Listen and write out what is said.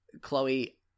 Chloe